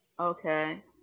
Okay